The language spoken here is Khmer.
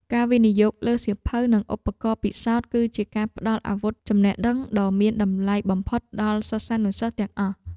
ការវិនិយោគលើសៀវភៅនិងឧបករណ៍ពិសោធន៍ គឺជាការផ្តល់អាវុធចំណេះដឹងដ៏មានតម្លៃបំផុតដល់សិស្សានុសិស្សទាំងអស់។